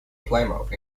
plymouth